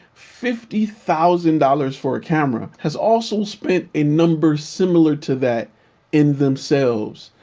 fifty thousand dollars for a camera has also spent a number similar to that in themselves,